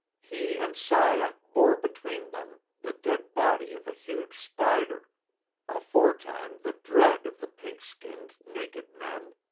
he and saya bore between them the dead body of a huge spider aforetime the dread of the pink-skinned, naked men.